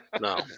No